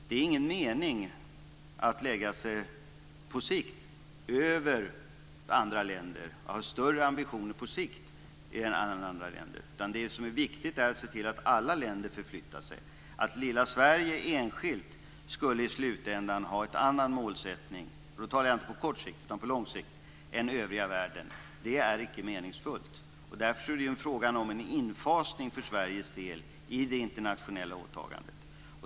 Det är ingen mening att på sikt ha större ambitioner än andra länder. Det viktiga är att se till att alla länder förflyttar sig. Att lilla Sverige enskilt i slutändan skulle ha ett annat mål - då talar jag inte på kort sikt utan på lång sikt - än övriga världen är icke meningsfullt. Därför är det fråga om en infasning för Sveriges del i det internationella åtagandet.